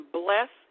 bless